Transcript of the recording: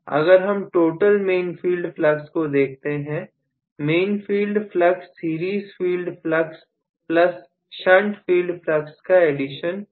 अगर हम total main field flux को देखते हैं main field flux series field flux plus shunt field flux का एडिशन होगी